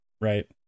right